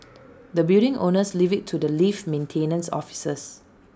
the building owners leave IT to the lift maintenance officers